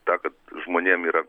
ta kad žmonėm yra